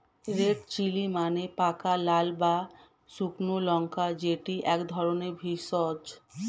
red chilli মানে পাকা লাল বা শুকনো লঙ্কা যেটি এক ধরণের ভেষজ